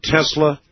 Tesla